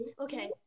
Okay